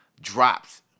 drops